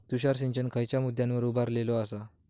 तुषार सिंचन खयच्या मुद्द्यांवर उभारलेलो आसा?